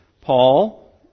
Paul